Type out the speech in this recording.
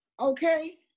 Okay